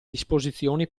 disposizioni